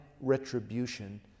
retribution